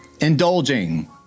indulging